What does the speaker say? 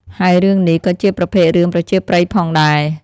ហើយរឿងនេះ ក៏ជាប្រភេទរឿងប្រជាប្រិយផងដែរ។